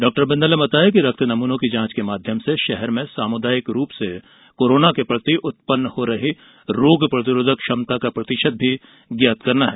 डॉ बिंदल ने बताया कि रक्त नमूनों की जांच के माध्यम से षहर में सामुदायिक रूप से कोरोना के प्रति उत्पन्न हो रही रोग प्रतिरोधक क्षमता का प्रतिषत भी ज्ञात करना है